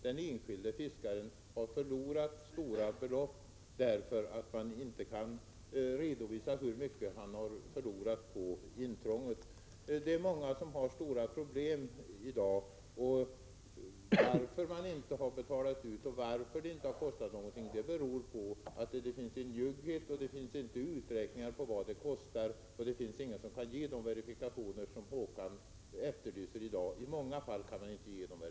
Den enskilde fiskaren har förlorat stora belopp, därför att det har varit omöjligt att redovisa hur mycket som förlorats på grund av intrånget. Många har i dag stora problem. Anledningen till att det inte betalats ut någonting är den att det finns en njugghet och att det inte finns några uträkningar på vad det kostar. I många fall kan ingen ge de verifikationer som Håkan Strömberg efterlyser.